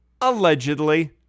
Allegedly